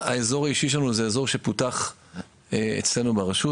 האזור האישי שלנו זה אזור שפותח אצלנו ברשות.